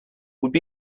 would